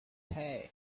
hey